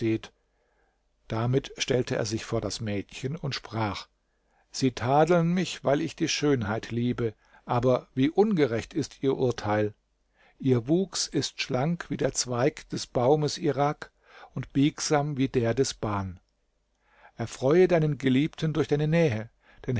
damit stellte er sich vor das mädchen und sprach sie tadeln mich weil ich die schönheit liebe aber wie ungerecht ist ihr urteil ihr wuchs ist schlank wie der zweig des baumes irak und biegsam wie der des ban erfreue deinen geliebten durch deine nähe